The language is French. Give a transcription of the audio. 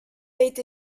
été